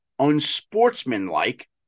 unsportsmanlike